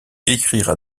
écrira